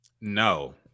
No